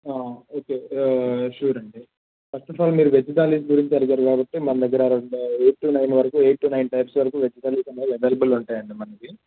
okay sure అండి first of all మీరు veg thali గురించి అడిగారు కాబట్టి మన దగ్గర రెండు ఎయిట్ టు నైన్ వరకు ఎయిట్ టు నైన్ టైప్స్ వరకు వెజ్ థాలీస్ అనేవి అవైలబుల్ ఉంటాయా అండి మనకు